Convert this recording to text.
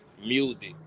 music